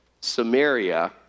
Samaria